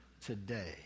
today